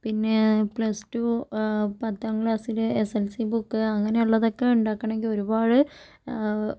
പിന്നെ plus two പത്താം ക്ലാസിൽ S S L C book അങ്ങനെയുള്ളതൊക്കെ ഉണ്ടാക്കണമെങ്കിൽ ഒരുപാട്